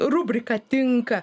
rubriką tinka